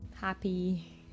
happy